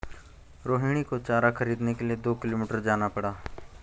रोहिणी को चारा खरीदने के लिए दो किलोमीटर जाना पड़ा